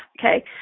okay